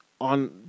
on